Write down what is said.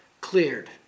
cleared